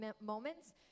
moments